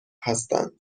هستند